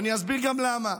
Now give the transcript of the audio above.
ואני אסביר גם למה.